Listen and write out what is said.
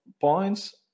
points